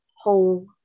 whole